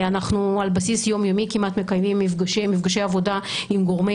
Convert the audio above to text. כמעט על בסיס יום-יומי אנחנו מקיימים מפגשי עבודה עם גורמי